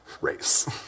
race